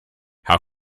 how